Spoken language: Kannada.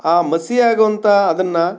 ಆ ಮಸಿ ಆಗೋವಂಥ ಅದನ್ನು